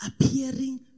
appearing